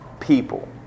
People